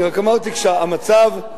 אני רק אמרתי: כשהמצב,